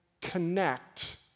connect